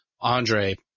Andre